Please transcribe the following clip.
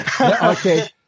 Okay